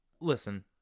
listen